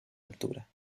altura